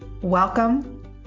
welcome